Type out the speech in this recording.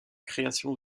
création